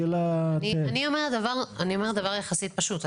אני אומרת דבר יחסית פשוט,